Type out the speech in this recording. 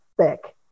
Thick